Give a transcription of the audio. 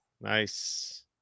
Nice